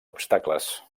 obstacles